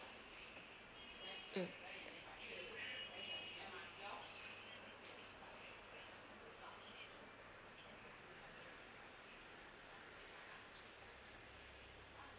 mm